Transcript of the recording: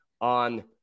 on